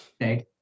right